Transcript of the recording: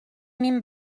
mean